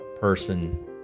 person